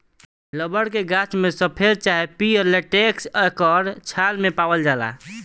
rubber के गाछ में सफ़ेद चाहे पियर लेटेक्स एकर छाल मे पावाल जाला